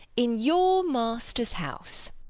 in your master's house.